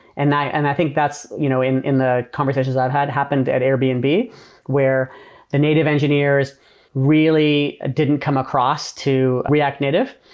and i and i think that's you know in in the conversations that had happened at airbnb where the native engineers really didn't come across to react native.